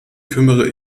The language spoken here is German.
kümmere